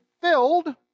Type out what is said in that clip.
filled